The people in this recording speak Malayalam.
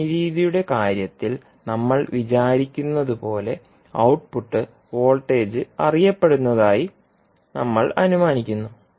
ഗോവണി രീതിയുടെ കാര്യത്തിൽ നമ്മൾ വിചാരിക്കുന്നതുപോലെ ഔട്ട്പുട്ട് വോൾട്ടേജ് അറിയപ്പെടുന്നതായി നമ്മൾ അനുമാനിക്കുന്നു